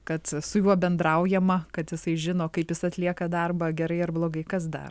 kad su juo bendraujama kad jisai žino kaip jis atlieka darbą gerai ar blogai kas dar